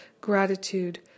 gratitude